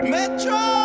Metro